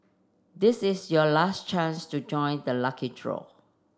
this is your last chance to join the lucky draw